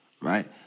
right